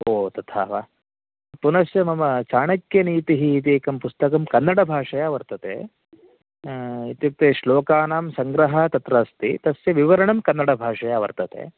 ओ तथा वा पुनश्च मम चाणक्यनीतिः इति एकं पुस्तकं कन्नडभाषया वर्तते इत्युक्ते श्लोकानां सङ्ग्रहः तत्र अस्ति तस्य विवरणं कन्नडभाषया वर्तते